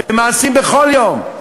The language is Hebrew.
ומעשים בכל יום.